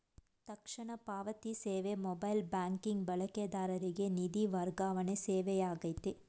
ತಕ್ಷಣ ಪಾವತಿ ಸೇವೆ ಮೊಬೈಲ್ ಬ್ಯಾಂಕಿಂಗ್ ಬಳಕೆದಾರರಿಗೆ ನಿಧಿ ವರ್ಗಾವಣೆ ಸೇವೆಯಾಗೈತೆ